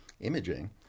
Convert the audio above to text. imaging